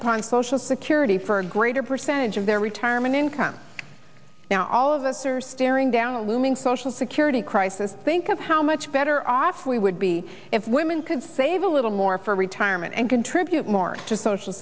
faucheux security for a greater percentage of their retirement income now all of us are staring down the looming social security crisis think of how much better off we would be if women could save a little more for retirement and contribute more to social